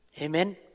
Amen